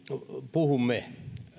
puhumme